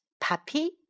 puppy